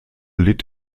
litt